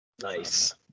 Nice